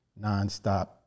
nonstop